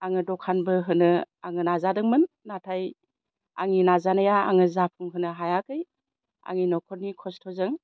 आङो दखानबो होनो आङो नाजादोंमोन नाथाय आंनि नाजानाया आङो जाफुंहोनो हायाखै आंनि न'खरनि खस्थ'जों